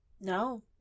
No